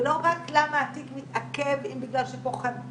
ולא רק למה התיק מתעכב, גם בגלל שפוחדים